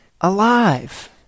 alive